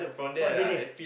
what's the name